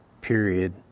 period